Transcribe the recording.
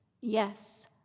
Yes